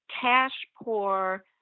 Cash-poor